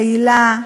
פעילה,